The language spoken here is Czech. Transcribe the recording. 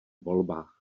volbách